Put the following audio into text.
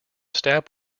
stab